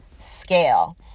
scale